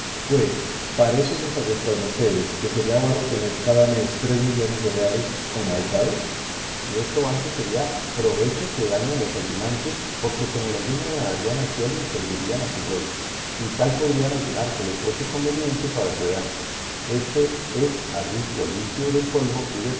pues paréceles a vuesas mercedes que sería barro tener cada mes tres millones de reales como ahechados y esto antes sería provecho que daño a los ayunantes porque con el ayuno agradarían al cielo y servirían a su rey y tal podría ayunar que le fuese conveniente para su salud este es arbitrio limpio de polvo y